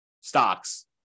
stocks